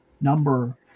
number